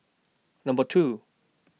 Number two